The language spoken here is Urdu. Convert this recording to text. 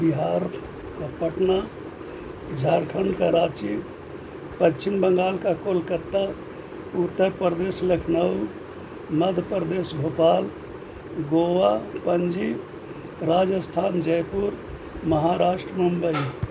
بہار کا پٹنہ جھارکھنڈ کا راچی پچھم بنگال کا کولکتہ اتر پردیس لکھنؤ مدھیہ پردیش بھوپال گووا پنجی راجستھان جے پور مہاراشٹر ممبئی